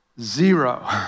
zero